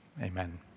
amen